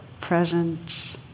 presence